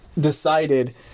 decided